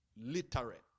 literate